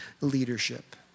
leadership